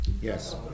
Yes